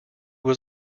was